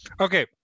Okay